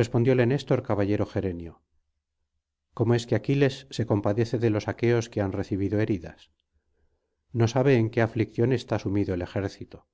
respondióle néstor caballero gerenio cómo es que aquiles se compadece de los aqueos que han recibido heridas no sabe en qué aflicción está sumido el ejército